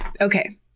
Okay